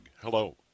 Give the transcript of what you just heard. Hello